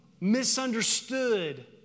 misunderstood